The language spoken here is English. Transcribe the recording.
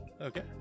okay